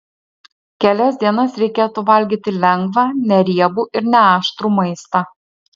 kelias dienas reikėtų valgyti lengvą neriebų ir neaštrų maistą